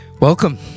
Welcome